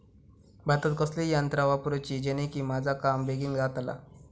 भातात कसली यांत्रा वापरुची जेनेकी माझा काम बेगीन जातला?